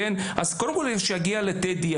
קודם כול שיגיע לטדי,